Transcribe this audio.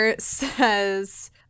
says